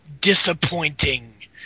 disappointing